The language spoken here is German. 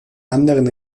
anderen